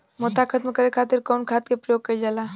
मोथा खत्म करे खातीर कउन खाद के प्रयोग कइल जाला?